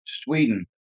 Sweden